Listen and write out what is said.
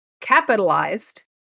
capitalized